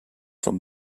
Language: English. from